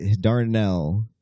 Darnell